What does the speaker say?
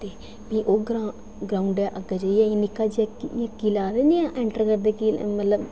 ते फ्ही ओह् ग्रांउ ग्रांउडै अग्गै जाइयै इक निक्का जनेही किला आखदे न ऐंटर करदे मतलब